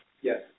Yes